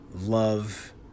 love